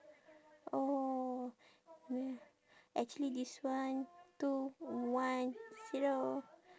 oh actually this one two one zero